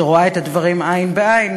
שרואה את הדברים עין בעין,